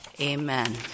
Amen